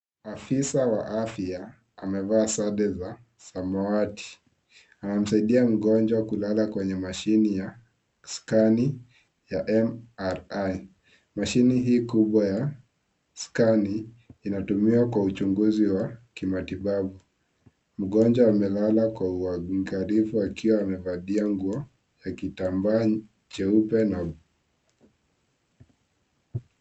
Afisa wa afya amevaa sare za samawati anamsaidia mgonjwa kulala kwenye mashine ya (CS)scan(CS)ya MMR , mashine hii kubwa ya (CS)scanni(CS )uchunguzi wa kimatibabu . Mgonjwa amelala Kwa uangalifu akiwa amevalia nguo ya kitambaa jeupe.